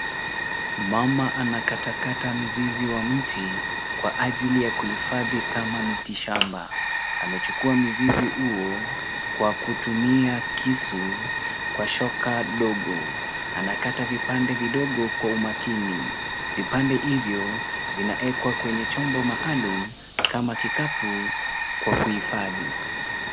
Mama anakatakata mizizi wa mti kwa ajili ya kuhifadhi kama miti shamba. Amechukua mizizi huo kwa kutumia kisu, kwa shoka ndogo. Anakata vipande vidogo kwa umakini. Vipande hivyo vinawekwa kwenye chombo maalum kama kikapu kwa kuhifadhi.